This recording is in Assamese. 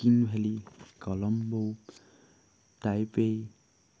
কিন ভেলী কলম্বৌ টাইপে